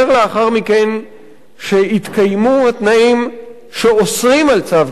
מכן שהתקיימו התנאים שאוסרים צו גירוש,